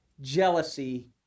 jealousy